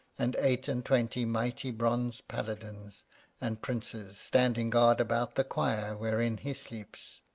and eight-and-twenty mighty bronze paladins and princes standing guard about the choir wherein he sleeps.